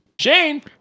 Shane